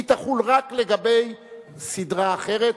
היא תחול רק לגבי סדרה אחרת.